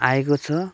आएको छ